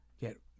get